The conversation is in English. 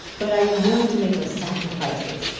but are you willing to make those sacrifices?